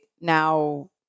now